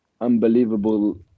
unbelievable